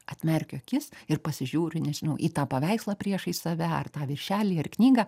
atmerkiu akis ir pasižiūriu nežinau į tą paveikslą priešais save ar tą viršelį ar knygą